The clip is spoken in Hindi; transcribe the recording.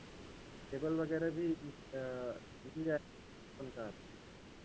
टेबल वगैरह भी मिल पंखा